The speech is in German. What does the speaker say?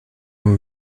man